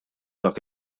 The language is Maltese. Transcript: dak